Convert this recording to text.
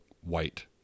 white